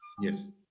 yes